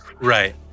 right